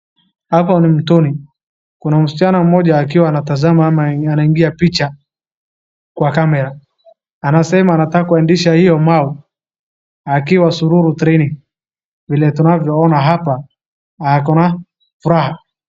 Hapa ni mtoni, kuna msichana mmoja akiwa anatazama ama anaingia picha kwa kamera. Anasema anataka kuendesha hiyo mau akiwa suluhu training vile tunavyoona hapa, na ako na furaha.